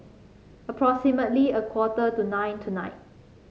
Approximately a quarter to nine tonight